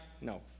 No